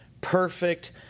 perfect